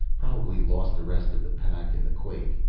probably lost the rest of the pack in the quake.